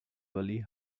valley